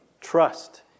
trust